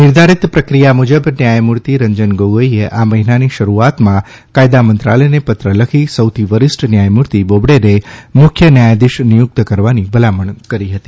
નિર્ધારીત પ્રક્રિયા મુજબ ન્યાયમૂર્તિ રંજન ગોગોઇએ આ મહિનાની શરૂઆતમાં કાયદા મંત્રાલયને પત્ર લખી સૌથી વરિષ્ઠ ન્યાયમૂર્તિ બોબડેને મુખ્ય ન્યાયાધીશ નિયૂક્ત કરવાની ભલામણ કરી હતી